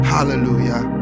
Hallelujah